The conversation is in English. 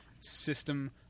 system